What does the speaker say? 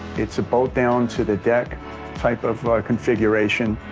it's a bolt-down-to-the-deck type of, ah, configuration.